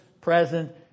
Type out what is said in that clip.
present